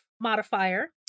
modifier